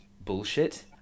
bullshit